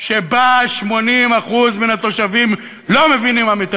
מדינה ובהתאם לתוצר הגולמי הלאומי שלה,